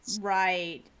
Right